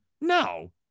No